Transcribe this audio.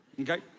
okay